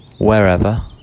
wherever